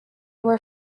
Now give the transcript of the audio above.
were